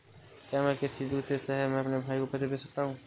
क्या मैं किसी दूसरे शहर में अपने भाई को पैसे भेज सकता हूँ?